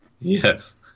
Yes